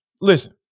Listen